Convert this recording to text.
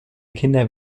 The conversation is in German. kinder